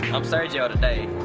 i'm sergio today,